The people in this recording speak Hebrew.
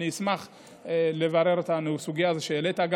ואני אשמח לברר גם את הסוגיה הזאת שהעלית.